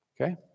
Okay